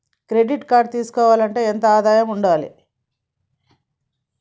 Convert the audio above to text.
Credit card తీసుకోవాలంటే ఎంత ఆదాయం ఉండాలే?